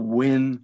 win